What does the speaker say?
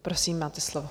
Prosím, máte slovo.